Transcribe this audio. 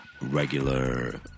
regular